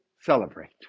celebrate